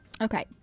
Okay